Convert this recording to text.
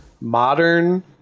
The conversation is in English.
modern